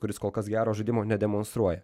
kuris kol kas gero žaidimo nedemonstruoja